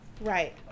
Right